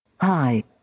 Hi